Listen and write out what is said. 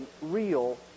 real